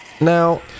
Now